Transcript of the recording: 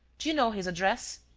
do you know his address?